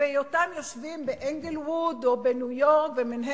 ובהיותם יושבים באנגלווד או במנהטן